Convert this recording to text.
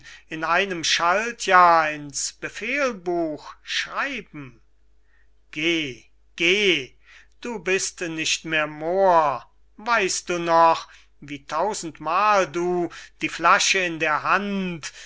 schämen spiegelberg geh geh du bist nicht mehr moor weißt du noch wie tausendmal du die flasche in der hand